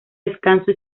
descanso